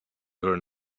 her